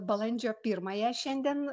balandžio pirmąją šiandien